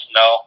no